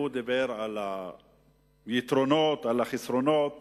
הוא דיבר על היתרונות ועל החסרונות